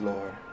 Lord